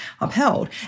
upheld